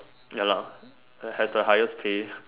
ya lah have the highest pay